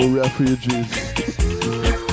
refugees